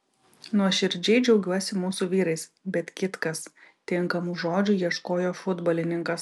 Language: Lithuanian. nuoširdžiai džiaugiuosi mūsų vyrais bet kitkas tinkamų žodžių ieškojo futbolininkas